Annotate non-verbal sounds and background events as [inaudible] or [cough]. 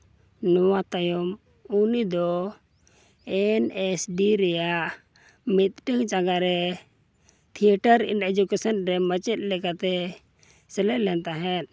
ᱱᱚᱣᱟ ᱛᱟᱭᱚᱢ ᱩᱱᱤ ᱫᱚ ᱮᱱ ᱮᱥ ᱰᱤ ᱨᱮᱭᱟᱜ ᱢᱤᱫᱴᱟᱝ ᱡᱟᱭᱜᱟ ᱨᱮ ᱛᱷᱤᱭᱮᱴᱟᱨ [unintelligible] ᱢᱟᱪᱮᱫ ᱞᱮᱠᱟᱛᱮ ᱥᱮᱞᱮᱫ ᱞᱮᱱ ᱛᱟᱦᱮᱸᱫ